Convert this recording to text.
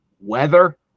weather